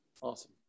Awesome